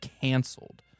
canceled